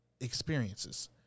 experiences